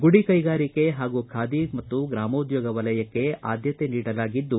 ಗುಡಿ ಕೈಗಾರಿಕೆ ಹಾಗೂ ಖಾದಿ ಮತ್ತು ಗ್ರಾಮೋದ್ಯೋಗ ವಲಯಕ್ಕೆ ಆದ್ಯತೆ ನೀಡಲಾಗಿದ್ದು